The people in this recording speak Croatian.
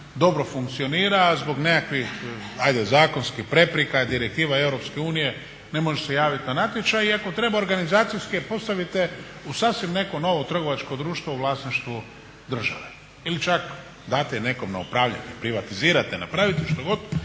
dobro funkcionira zbog nekakvih zakonskih prepreka, direktiva Europske unije, ne može se javit na natječaj i ako treba organizacijske postavite u sasvim neko novo trgovačko društvo u vlasništvu države ili čak date nekom na upravljanje, privatizirate, napravite što god